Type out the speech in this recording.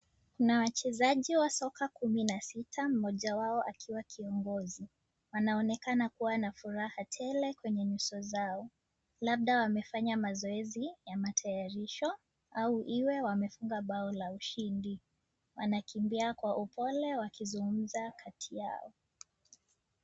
Kuna wachezaji wa soka kumi na sita mmoja wao akiwa kiongozi. Wanaonekana kuwa na furaha tele kwenye nyuso zao labda wamefanya mazoezi ya matayarisho au iwe wamefunga bao la ushindi, wanakimbia kwa upole wakizungumza kati yao.